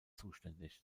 zuständig